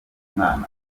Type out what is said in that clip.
umwana